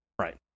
Right